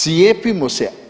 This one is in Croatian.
Cijepimo se.